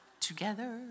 together